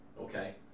okay